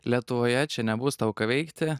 lietuvoje čia nebus tau ką veikti